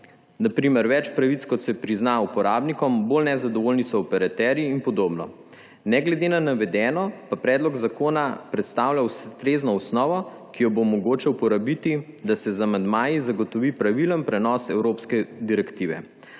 Na primer, več pravic, kot se prizna uporabnikom, bolj nezadovoljni so operaterji, in podobno. Ne glede na navedeno pa predlog zakona predstavlja ustrezno osnovo, ki jo bo mogoče uporabiti, da se z amandmaji zagotovi pravilen prenos evropske direktive.